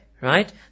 Right